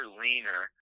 leaner